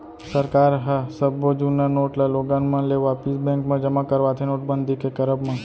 सरकार ह सब्बो जुन्ना नोट ल लोगन मन ले वापिस बेंक म जमा करवाथे नोटबंदी के करब म